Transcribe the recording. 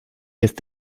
jest